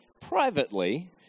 privately